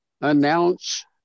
announce